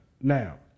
now